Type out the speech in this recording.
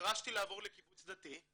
נדרשתי לעבור לקיבוץ דתי,